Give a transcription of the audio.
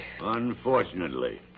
Unfortunately